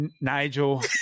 Nigel